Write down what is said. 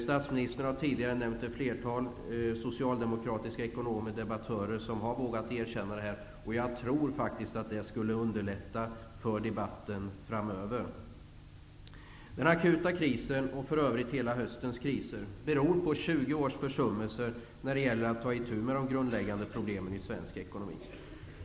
Statsministern har tidigare nämnt ett flertal socialdemokratiska ekonomer och debattörer som har vågat erkänna det, och jag tror faktiskt att det skulle underlätta debatten framöver. Den akuta krisen, och för övrigt hela höstens kriser, beror på 20 års försummelser när de gäller att ta itu med de grundläggande problemen i svensk ekonomi.